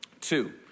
two